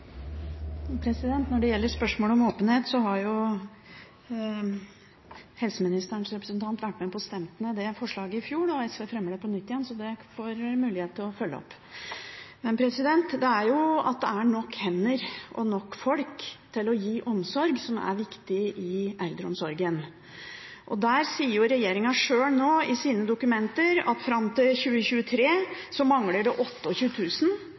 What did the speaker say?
Når det gjelder spørsmålet om åpenhet, var jo helseministerens representant med å stemme ned det forslaget i fjor. SV fremmer det på nytt igjen, så da blir det en mulighet til å følge det opp. Det er jo det at det er nok hender, nok folk, til å gi omsorg, som er viktig i eldreomsorgen. Regjeringen sier sjøl i sine dokumenter at fram til 2023 mangler det